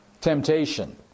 temptation